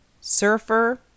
Surfer